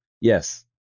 Yes